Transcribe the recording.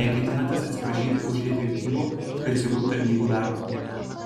neketinantis atsiprašyti už efektyvų specialių tarnybų darbą